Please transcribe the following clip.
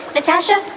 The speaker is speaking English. Natasha